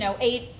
eight